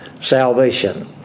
salvation